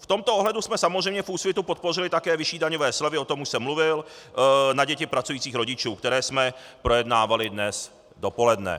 V tomto ohledu jsme samozřejmě v Úsvitu podpořili také vyšší daňové slevy, o tom již jsem mluvil, na děti pracujících rodičů, které jsme projednávali dnes dopoledne.